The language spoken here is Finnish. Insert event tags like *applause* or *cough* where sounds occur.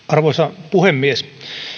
*unintelligible* arvoisa puhemies